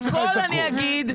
הכל אני אגיד,